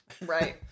Right